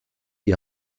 die